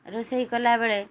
ରୋଷେଇ କଲାବେଳେ